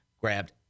grabbed